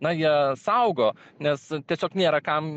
na jie saugo nes tiesiog nėra kam